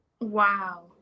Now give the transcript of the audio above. Wow